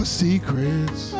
secrets